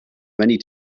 many